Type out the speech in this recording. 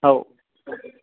हो